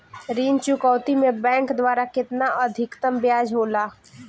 ऋण चुकौती में बैंक द्वारा केतना अधीक्तम ब्याज होला?